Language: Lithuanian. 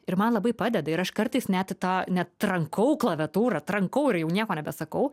ir man labai padeda ir aš kartais net tą net trankau klaviatūrą trankau ir jau nieko nebesakau